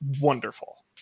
wonderful